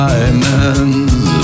Diamonds